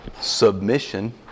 submission